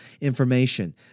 information